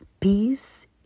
Peace